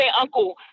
uncle